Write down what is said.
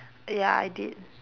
ya I did